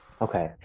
Okay